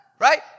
right